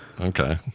Okay